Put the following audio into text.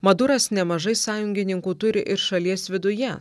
maduras nemažai sąjungininkų turi ir šalies viduje